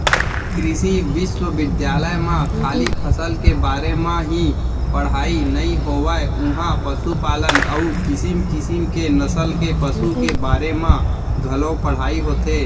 कृषि बिस्वबिद्यालय म खाली फसल के बारे म ही पड़हई नइ होवय उहॉं पसुपालन अउ किसम किसम के नसल के पसु के बारे म घलौ पढ़ाई होथे